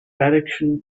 direction